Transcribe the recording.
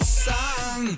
sun